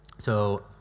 so